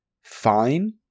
Fine